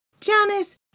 Janice